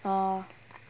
uh